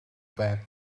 байна